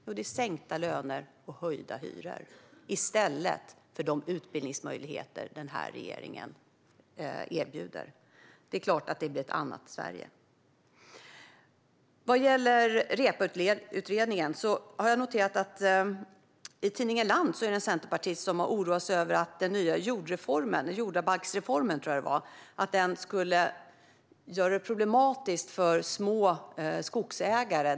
Jo, det är sänkta löner och höjda hyror i stället för de utbildningsmöjligheter som regeringen erbjuder. Det är klart att det blir ett annat Sverige. Vad gäller Reepaluutredningen har jag noterat att i tidningen Land är det en centerpartist som har oroat sig över att den nya jordabalksreformen skulle göra det problematiskt för små skogsägare.